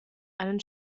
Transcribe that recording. einen